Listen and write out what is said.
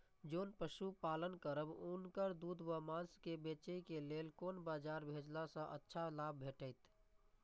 जोन पशु पालन करब उनकर दूध व माँस के बेचे के लेल कोन बाजार भेजला सँ अच्छा लाभ भेटैत?